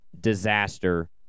disaster